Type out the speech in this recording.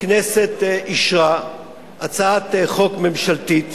אישרה הכנסת הצעת חוק ממשלתית